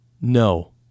No